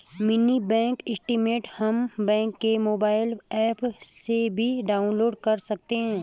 mini bank statement हम bank के mobile app से भी डाउनलोड कर सकते है